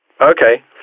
Okay